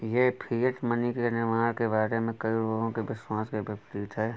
यह fiat money के निर्माण के बारे में कई लोगों के विश्वास के विपरीत है